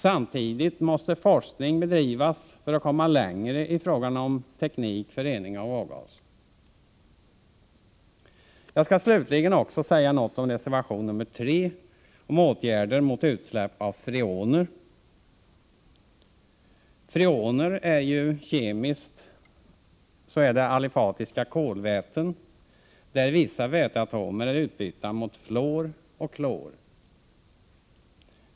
Samtidigt måste forskning bedrivas för att komma längre i fråga om teknik för rening av avgaser. Jag skall slutligen också säga något om reservation nr 3 om åtgärder mot utsläpp av freoner. Freoner är ju kemiskt alifatiska kolväten, där vissa väteatomer är utbytta mot fluor och klor.